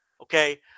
okay